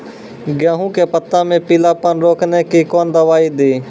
गेहूँ के पत्तों मे पीलापन रोकने के कौन दवाई दी?